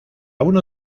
uno